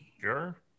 Sure